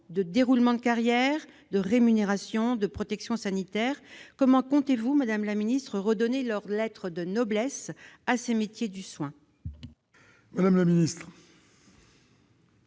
de déroulement de carrière, de rémunération et de protection sanitaire. Comment comptez-vous, madame la ministre, redonner leurs lettres de noblesse à ces métiers du soin ? La parole est